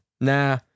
Nah